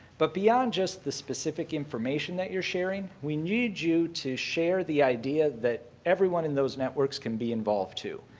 but beyond just the specific information that you're sharing, we need you to share the idea that everyone in those networks can be involved, too.